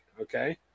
Okay